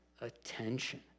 attention